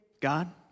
God